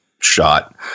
shot